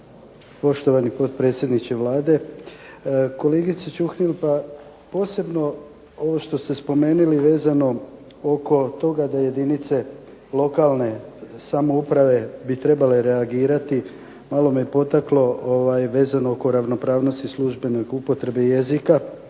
poštovani potpredsjedniče Vlade. Kolegice Čuhnil pa posebno ovo što ste spomenuli vezano oko toga da jedinice lokalne samouprave bi trebale reagirati, malo me potaklo vezano oko ravnopravnosti službene upotrebe jezika,